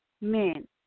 men